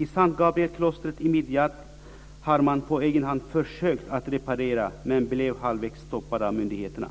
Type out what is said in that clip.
I S:t Gabriel-klostret i Midiyat har man på egen hand försökt att reparera, men man blev stoppad halvvägs av myndigheterna.